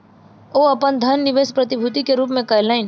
ओ अपन धन निवेश प्रतिभूति के रूप में कयलैन